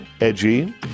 edgy